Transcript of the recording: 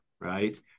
right